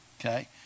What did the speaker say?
Okay